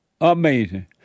Amazing